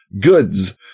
goods